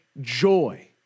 joy